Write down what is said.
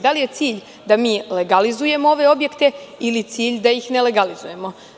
Da li je cilj da mi legalizujemo ove objekte ili je cilj da ih ne legalizujemo.